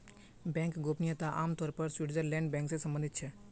bank गोपनीयता आम तौर पर स्विटज़रलैंडेर बैंक से सम्बंधित छे